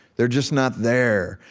they're just not there,